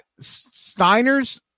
Steiners